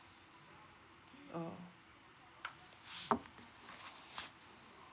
oh